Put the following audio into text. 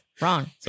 wrong